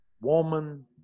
woman